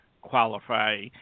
qualify